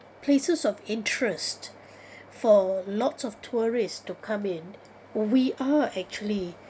places of interest for lots of tourists to come in we are actually